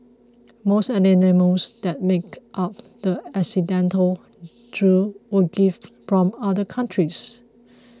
most of the animals that made up the accidental zoo were gifts from other countries